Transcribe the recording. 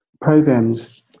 programs